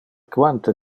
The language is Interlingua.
quante